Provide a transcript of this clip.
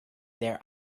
their